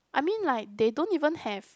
I mean like they don't even have